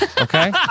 Okay